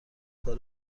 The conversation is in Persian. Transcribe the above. کار